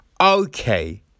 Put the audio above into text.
okay